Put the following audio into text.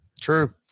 True